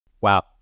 Wow